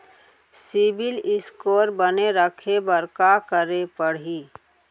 CIBIL score बने रखे बर का करे पड़ही?